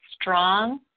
strong